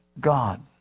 God